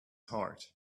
heart